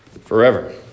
forever